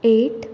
eight